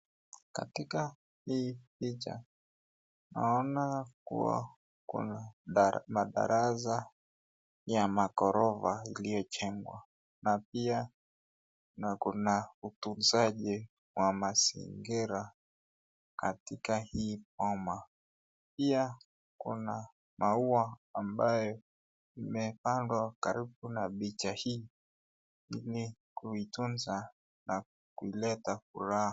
Katika hii picha naona kuwa kuna baraza ya maghorofa iliyojengwa na pia kuna utunzaji wa mazingira katika hii boma pia kuna maua ambayo imepandwa karibu na picha hii ili kuitunza na kuleta furaha.